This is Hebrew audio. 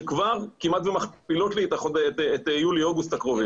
שכבר כמעט ומכפילות לי את יולי-אוגוסט הקרובים.